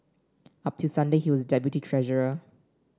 up till Sunday he was deputy treasurer